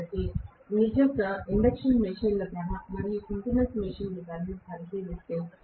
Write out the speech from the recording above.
కాబట్టి నేను నిజంగా ఇండక్షన్ మెషీన్ల ధర మరియు సింక్రోనస్ మెషీన్ల ధరలను పరిశీలిస్తే